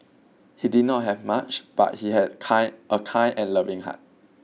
he did not have much but he had kind a kind and loving heart